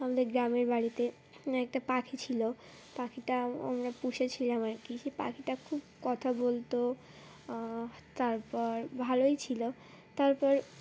আমাদের গ্রামের বাড়িতে একটা পাখি ছিল পাখিটা আমরা পুষেছিলাম আর কি সেই পাখিটা খুব কথা বলতো তারপর ভালোই ছিলো তারপর